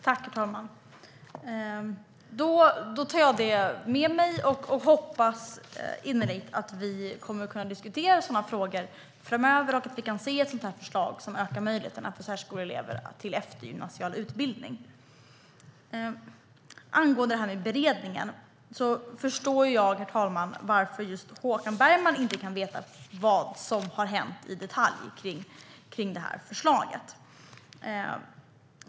Herr talman! Då tar jag det med mig och hoppas innerligt att vi kommer att kunna diskutera sådana frågor framöver och att vi kan få se ett förslag som ökar möjligheterna för särskoleelever att få eftergymnasial utbildning. Angående beredningen förstår jag, herr talman, varför inte just Håkan Bergman kan veta vad som har hänt i detalj kring förslaget.